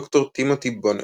ד"ר טימותי בונט,